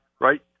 right